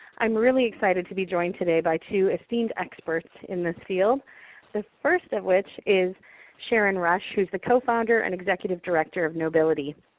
i'm really excited to be joined today by two esteemed experts in this field the first of which is sharron rush, who's the co-founder and executive director of knowbility,